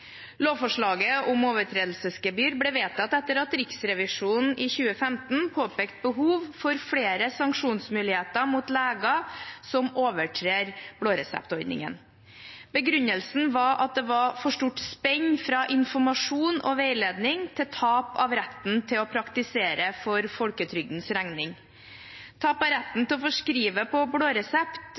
Lovforslaget om overtredelsesgebyr ble vedtatt etter at Riksrevisjonen i 2015 påpekte behov for flere sanksjonsmuligheter mot leger som overtrer blå resept-ordningen. Begrunnelsen var at det var for stort spenn fra informasjon og veiledning til tap av retten til å praktisere for folketrygdens regning. Tap av retten til å forskrive på